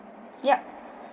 yup